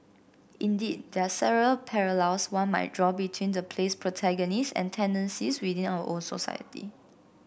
indeed there are several parallels one might draw between the play's protagonists and tendencies within our own society